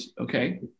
okay